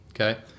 okay